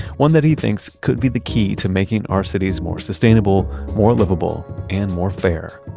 one that he thinks could be the key to making our cities more sustainable, more livable and more fair.